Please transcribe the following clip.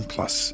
Plus